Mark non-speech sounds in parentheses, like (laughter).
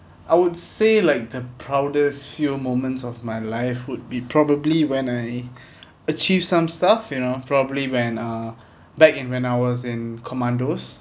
I would say like the proudest few moments of my life would be probably when I (breath) achieve some stuff you know properly when uh back in when I was in commandos